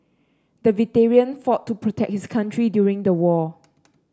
the veteran fought to protect his country during the war